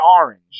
orange